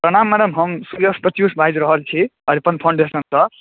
प्रणाम मैडम हम श्रेयश प्रत्युष बाजि रहल छी अरिपन फाउन्डेशनसँ